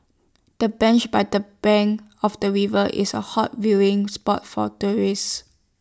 the bench by the bank of the river is A hot viewing spot for tourists